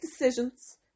decisions